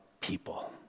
people